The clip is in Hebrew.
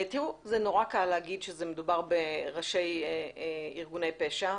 תראו, זה נורא קל להגיד שמדובר בראשי ארגוני פשע,